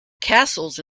castles